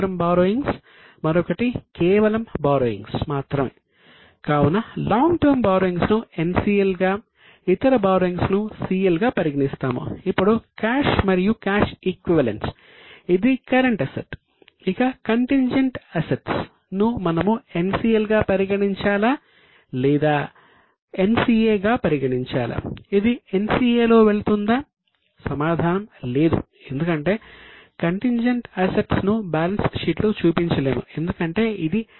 బారోయింగ్స్ను balance షీట్లో చూపించలేము ఎందుకంటే ఇది అస్సలు పరిగణించబడదు